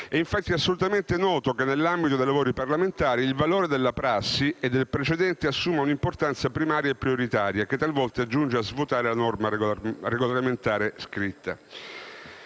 È infatti assolutamente noto che nell'ambito dei lavori parlamentari il valore della prassi e del precedente assume una importanza primaria e prioritaria, che talvolta giunge a svuotare la norma regolamentare scritta.